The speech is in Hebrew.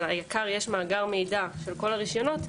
וליק"ר יש מאגר מידע של כל הרשיונות,